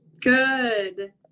Good